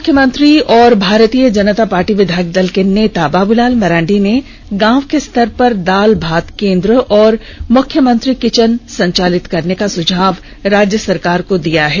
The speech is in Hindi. पूर्व मुख्यमंत्री और भारतीय जनता पार्टी विधायक दल के नेता बाबूलाल मरांडी ने गांव के स्तर पर दाल भात केंद्र और मुख्यमंत्री किचन संचालित करने का सुझाव राज्य सरकार को दिया है